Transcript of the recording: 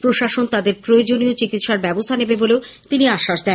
প্রশাসন তাদের প্রয়োজনীয় চিকিৎসার ব্যবস্থা নেবে বলে তিনি আশ্বাস দেন